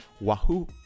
Wahoo